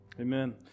Amen